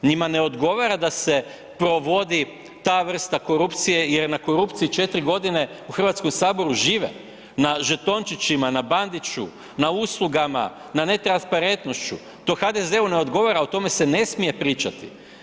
Njima ne odgovara da se provodi ta vrsta korupcije jer na korupciji 4 g. u Hrvatskom saboru žive na žetončićima, na Bandiću, na uslugama, na netransparentnošću, to HDZ-u ne odgovara, o tome se ne smije pričati.